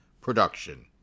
Production